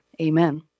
Amen